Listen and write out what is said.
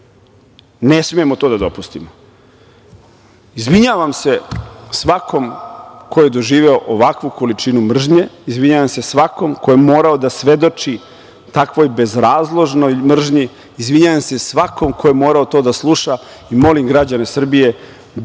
Ne smemo to da dopustimo. Izvinjavam se svakome ko je doživeo ovakvu količinu mržnje, izvinjavam se svakom ko je morao da svedoči takvoj bezrazložnoj mržnji, izvinjavam se svakome ko je morao to da sluša. Molim građane Srbije da